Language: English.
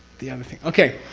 the other thing, okay.